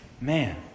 man